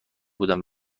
بودن